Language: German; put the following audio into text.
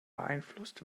beeinflusst